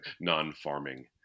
non-farming